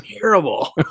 terrible